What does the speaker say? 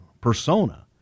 persona